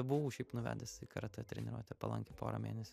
buvau šiaip nuvedęs į karatė treniruotę palankė pora mėnesių